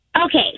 Okay